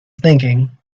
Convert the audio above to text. thinking